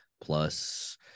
plus